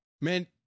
man